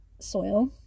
soil